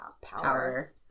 Power